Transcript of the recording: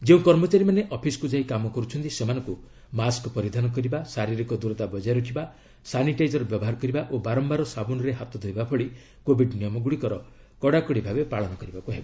ଯେଉଁ କର୍ମଚାରୀମାନେ ଅଫିସକୁ ଯାଇ କାମ କରୁଛନ୍ତି ସେମାନଙ୍କୁ ମାସ୍କ ପରିଧାନ କରିବା ଶାରିରୀକ ଦୂରତା ବଜାୟ ରଖିବା ସାନିଟାଇଜର ବ୍ୟବହାର କରିବା ଓ ବାରମ୍ଭାର ସାବୁନ୍ରେ ହାତ ଧୋଇବା ଭଳି କୋବିଡ ନିୟମ ଗୁଡ଼ିକର କଡାକଡି ଭାବେ ପାଳନ କରିବାକୁ ହେବ